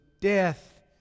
death